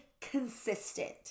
consistent